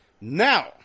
now